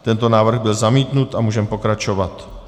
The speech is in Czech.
Tento návrh byl zamítnut a můžeme pokračovat.